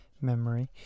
Memory